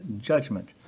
judgment